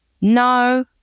No